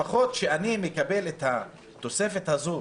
לפחות כשאני מקבל את התוספת הזו